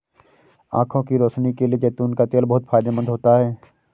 आंखों की रोशनी के लिए जैतून का तेल बहुत फायदेमंद होता है